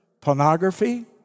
Pornography